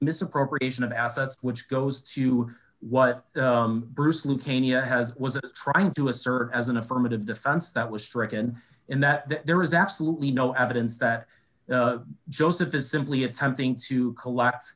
misappropriation of assets which goes to what bruce luke ania has was trying to assert as an affirmative defense that was stricken in that there is absolutely no evidence that joseph is simply attempting to coll